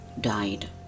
died